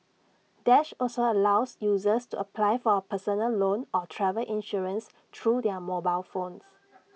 dash also allows users to apply for A personal loan or travel insurance through their mobile phones